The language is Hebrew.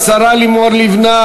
השרה לימור לבנת,